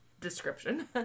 description